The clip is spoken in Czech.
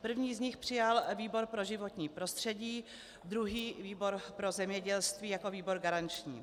První z nich přijal výbor pro životní prostředí, druhý výbor pro zemědělství jako výbor garanční.